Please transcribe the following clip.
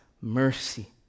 mercy